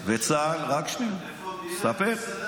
אני יודע שצה"ל, איפה המדינה?